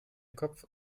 kopf